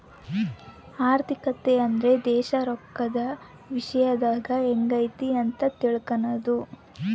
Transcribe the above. ಆರ್ಥಿಕತೆ ಅಂದ್ರೆ ದೇಶ ರೊಕ್ಕದ ವಿಶ್ಯದಾಗ ಎಂಗೈತೆ ಅಂತ ತಿಳ್ಕನದು